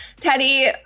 Teddy